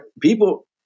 people